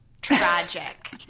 tragic